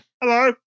Hello